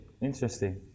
Interesting